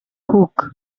hook